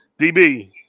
DB